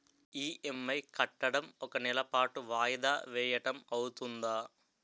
EMI కట్టడం ఒక నెల పాటు వాయిదా వేయటం అవ్తుందా?